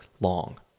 long